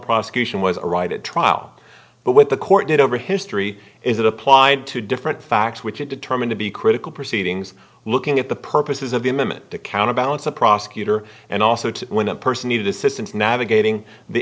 prosecution was a right at trial but what the court did over history is it applied to different facts which it determined to be critical proceedings looking at the purposes of the amendment to counterbalance the prosecutor and also to when a person needed assistance navigating the